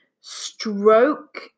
Stroke